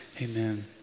Amen